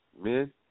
men